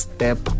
Step